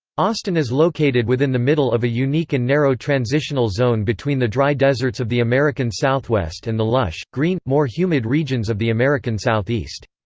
austin is located within the middle of a unique and narrow transitional zone between the dry deserts of the american southwest and the lush, green, more humid regions of the american southeast.